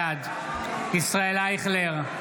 בעד ישראל אייכלר,